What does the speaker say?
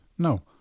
No